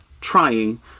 trying